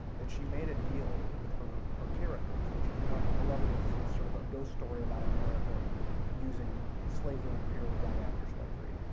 that she made a deal with her her characters, which if you don't know, beloved is sort of a ghost story about america using slavery in the period right after slavery.